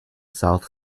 south